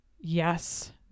yes